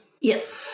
Yes